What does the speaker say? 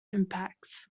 impacts